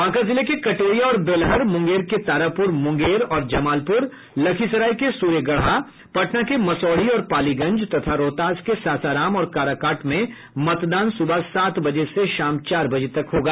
बांका जिले के कटोरिया और बेलहर मुंगेर के तारापुर मुंगेर और जमालपुर लखीसराय के सूर्यगढ़ा पटना के मसौढ़ी और पालीगंज तथा रोहतास के सासाराम और काराकाट में मतदान सुबह सात बजे से शाम चार बजे तक चलेगा